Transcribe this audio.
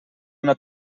una